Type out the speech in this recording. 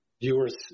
viewers